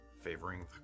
favoring